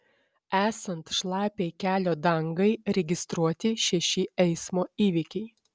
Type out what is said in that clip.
esant šlapiai kelio dangai registruoti šeši eismo įvykiai